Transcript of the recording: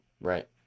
Right